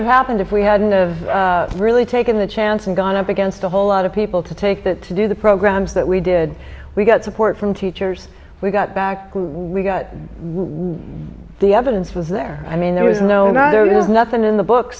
have happened if we hadn't of really taken the chance and gone up against a whole lot of people to take that to do the programs that we did we got support from teachers we got back we got the evidence was there i mean there was no no there is nothing in the book